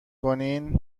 کنین